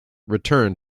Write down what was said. return